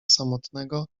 samotnego